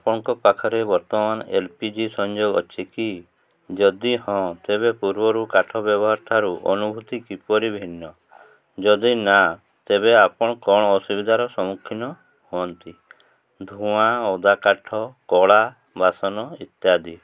ଆପଣଙ୍କ ପାଖରେ ବର୍ତ୍ତମାନ ଏଲ୍ ପି ଜି ସଂଯୋଗ ଅଛି କି ଯଦି ହଁ ତେବେ ପୂର୍ବରୁ କାଠ ବ୍ୟବହାର ଠାରୁ ଅନୁଭୂତି କିପରି ଭିନ୍ନ ଯଦି ନା ତେବେ ଆପଣ କ'ଣ ଅସୁବିଧାର ସମ୍ମୁଖୀନ ହୁଅନ୍ତି ଧୂଆଁ ଓଦା କାଠ କଳା ବାସନ ଇତ୍ୟାଦି